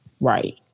Right